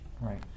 Right